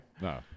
No